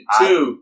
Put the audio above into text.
two